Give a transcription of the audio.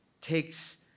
takes